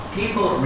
people